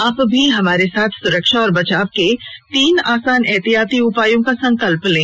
आप भी हमारे साथ सुरक्षा और बचाव के तीन आसान एहतियाती उपायों का संकल्प लें